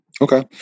Okay